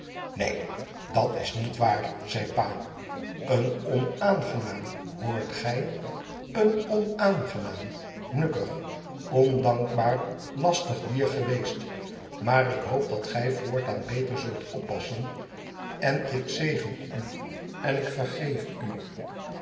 en onaangenaam need dat'sniet waar zei pa en onaangenaam hoort gij een onaangenaam nukkig ondankbaar lastig dier geweest maar ik hoop dat gij voortaan beter zult oppassen en ik zegen u en ik vergeef u